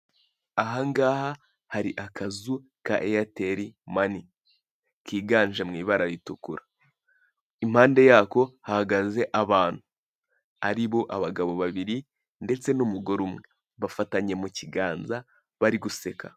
Ahangaha hari akazu ka eyateri mani kiganje mw'ibara ritukura, impande yako hahagaze abantu aribo abagabo babiri ndetse n'umugore umwe, bafatanye mukiganza bari guseka.